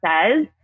says